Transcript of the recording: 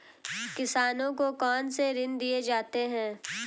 किसानों को कौन से ऋण दिए जाते हैं?